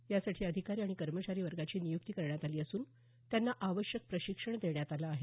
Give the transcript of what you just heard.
यासाठी अधिकारी आणि कर्मचारी वर्गाची नियुक्ती करण्यात आली असून त्यांना आवश्यक प्रशिक्षण देण्यात आले आहे